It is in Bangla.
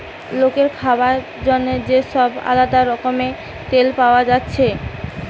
লোকের খাবার জন্যে যে সব আলদা রকমের তেল পায়া যাচ্ছে